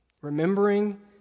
Remembering